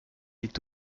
est